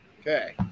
Okay